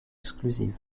exclusives